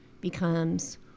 becomes